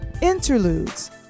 Interludes